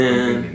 Man